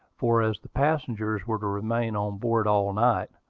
for as the passengers were to remain on board all night,